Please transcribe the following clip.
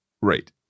Right